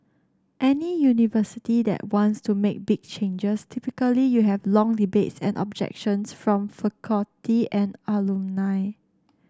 any university that wants to make big changes typically you have long debates and objections from faculty and alumni